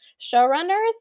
showrunners